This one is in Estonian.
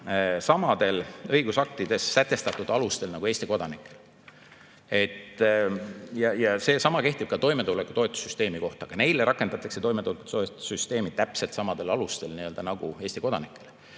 samadel õigusaktides sätestatud alustel nagu Eesti kodanikel. Seesama kehtib ka toimetulekutoetuse süsteemi kohta: ka neile rakendatakse toimetulekutoetuse süsteemi täpselt samadel alustel nagu Eesti kodanikele.